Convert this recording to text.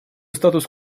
статус